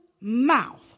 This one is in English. mouth